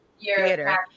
theater